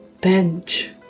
bench